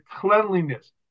cleanliness